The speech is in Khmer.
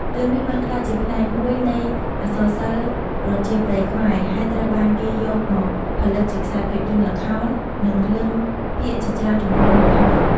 រឿងនេះបានក្លាយជាផ្នែកមួយនៃអក្សរសិល្ប៍ប្រជាប្រិយខ្មែរ ហើយត្រូវបានគេយកមកផលិតជាខ្សែភាពយន្ត ល្ខោន និងរឿងភាគជាច្រើនជំនាន់មកហើយ។